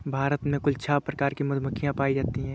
भारत में कुल छः प्रकार की मधुमक्खियां पायी जातीं है